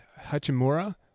Hachimura